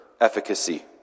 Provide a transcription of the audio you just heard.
efficacy